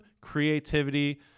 creativity